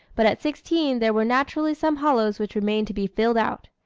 but at sixteen there were naturally some hollows which remained to be filled out.